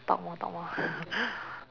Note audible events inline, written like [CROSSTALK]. talk more talk more [NOISE]